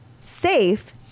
safe